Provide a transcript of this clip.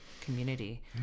community